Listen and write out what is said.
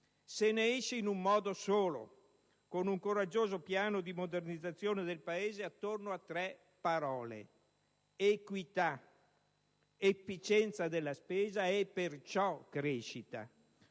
Se ne esce in un modo solo; con un coraggioso piano di modernizzazione del Paese attorno a tre parole: equità, efficienza della spesa e, perciò, crescita.